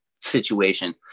situation